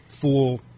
full